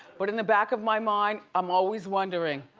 but in the back of my mind, i'm always wondering.